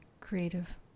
creative